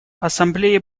ассамблее